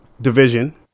division